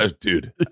Dude